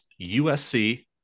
USC